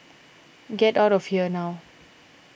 get out of here now